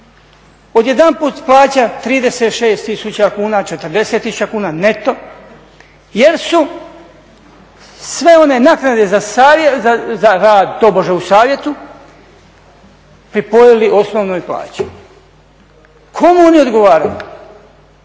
odjedanput plaća 36000 kuna, 40000 kuna neto jer su sve one naknade za rad tobože u Savjetu pripojili osnovnoj plaći. Komu oni odgovaraju?